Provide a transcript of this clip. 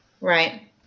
Right